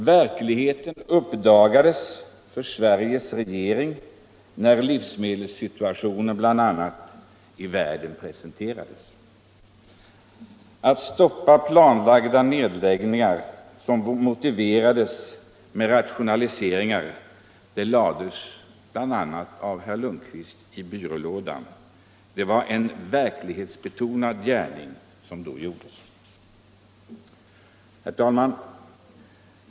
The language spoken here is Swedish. Verkligheten uppdagades för Sveriges regering när livsmedelssituationen i världen presenterades. Nedläggningsplaner, som motiverats med rationaliseringar, lade herr Lundkvist i byrålådan, och det var en gärning som vittnade om god kontakt med verkligheten. Herr talman!